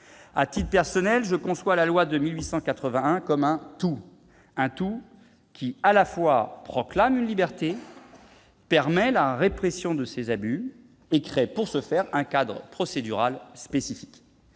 À titre personnel, je conçois la loi de 1881 comme un tout qui, à la fois, proclame une liberté, permet la répression de ses abus et crée, pour ce faire, un cadre procédural spécifique.